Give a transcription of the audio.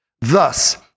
Thus